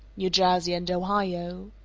new jersey and ohio.